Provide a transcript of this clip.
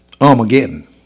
Armageddon